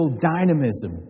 dynamism